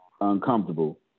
uncomfortable